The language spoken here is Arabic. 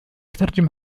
ترجم